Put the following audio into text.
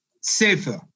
safer